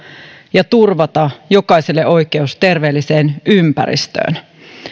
ja turvata jokaiselle oikeus terveelliseen ympäristöön